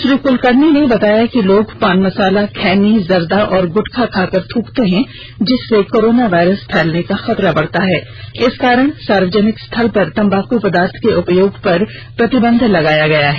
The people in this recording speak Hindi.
श्री कुलकर्णी ने बताया कि लोग पान मसाला खैनी जर्दा और गुटखा खाकर थ्रकते हैं जिससे कोरोना वायरस फैलने का खतरा बढ़ता है इस कारण सार्वजनिक स्थल पर तम्बाकू पदार्थ को उपयोग पर प्रतिबंध लगाया गया है